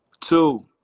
Two